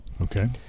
okay